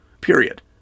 period